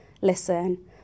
listen